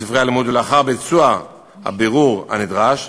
ולאחר ביצוע הבירור הנדרש,